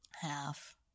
Half